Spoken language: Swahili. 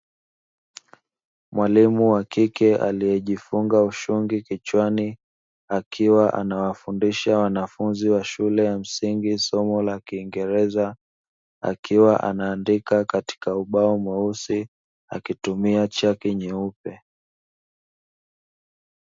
Mwalimu wa kike aliyejifunga ushungi kichwani akiwa anawafundisha wanafunzi wa shule ya msingi somo la kiingereza akiwa anaandika katika ubao mweusi akitumia chaki nyeupe.